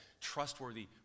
trustworthy